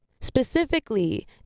specifically